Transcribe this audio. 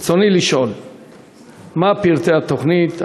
רצוני לשאול: 1. מה הם פרטי התוכנית?